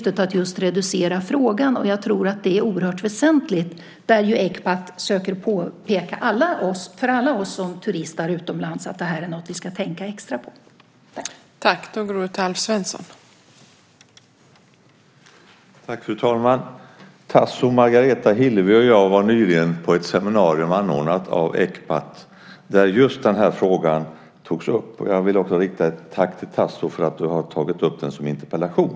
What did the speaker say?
Ecpat söker ju påpeka för alla oss som turistar utomlands att det här är något vi ska tänka extra på, och jag tror att det är oerhört väsentligt.